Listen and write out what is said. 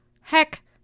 heck